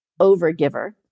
overgiver